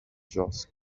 just